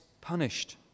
punished